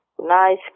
nice